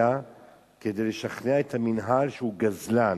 כדי לשכנע את המינהל שהוא גזלן,